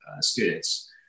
students